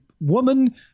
woman